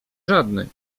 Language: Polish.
żadnej